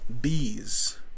bees